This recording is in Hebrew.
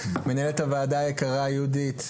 מנהלת הוועדה היקרה יהודית,